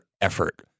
effort